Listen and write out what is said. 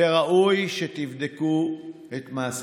וראוי שתבדקו את מעשיכם.